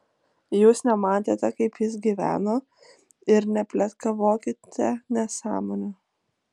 jūs nematėte kaip jis gyveno ir nepletkavokite nesąmonių